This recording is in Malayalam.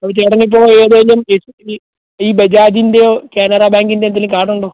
അപ്പോൾ ചേട്ടൻ ഇപ്പോൾ ഏതെങ്കിലും എസ് ബി ഈ ബജാജിൻ്റെയോ കാനറ ബാങ്കിൻ്റെ എന്തെങ്കിലും കാർഡ് ഉണ്ടോ